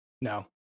no